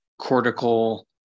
cortical